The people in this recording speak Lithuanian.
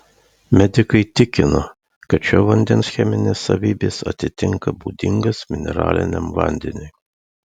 medikai tikina kad šio vandens cheminės savybės atitinka būdingas mineraliniam vandeniui